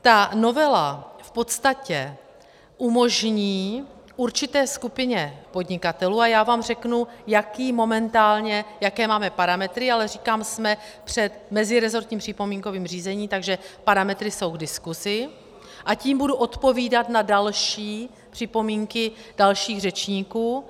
Ta novela v podstatě umožní určité skupině podnikatelů a já vám řeknu, jaké momentálně máme parametry, ale říkám, jsme před mezirezortním připomínkovým řízením, takže parametry jsou k diskuzi, a tím budu odpovídat na další připomínky dalších řečníků.